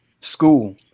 school